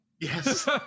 Yes